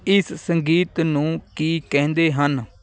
ਇਸ ਸੰਗੀਤ ਨੂੰ ਕੀ ਕਹਿੰਦੇ ਹਨ